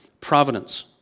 Providence